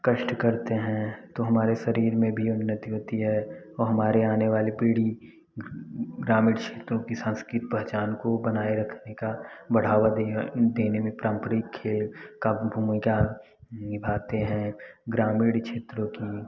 कष्ट करते हैं तो हमारे शरीर में भी उन्नति होती है और हमारे आने वाले पीढ़ी ग्रामीण क्षेत्रों कि संस्कति पहचान को बनाए रखने का बढ़ावा देने में पारंपरिक खेल का भूमिका निभाते हैं ग्रामीण क्षेत्रों की